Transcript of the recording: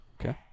Okay